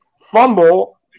fumble